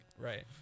Right